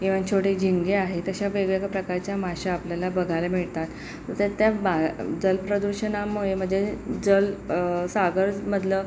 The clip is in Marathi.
ईवन छोटे झिंगे आहे तसे वेगवेगळ्या प्रकारचे मासे आपल्याला बघायला मिळतात त्या त्या जलप्रदूषणामुळे म्हणजे जल सागर मधलं